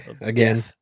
again